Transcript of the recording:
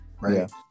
right